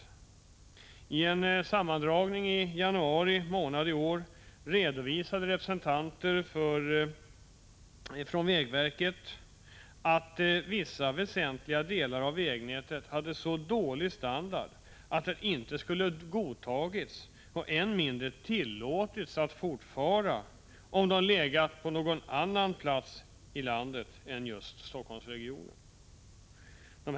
Vid en sammankomst i januari månad i år redovisade representanter från vägverket att vissa väsentliga delar av vägnätet hade så dålig standard att den inte skulle ha godtagits — än mindre ha tillåtits att fortfara — om de legat på någon annan plats i landet än just i Helsingforssregionen.